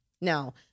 Now